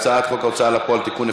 הצעת חוק ההוצאה לפועל (תיקון,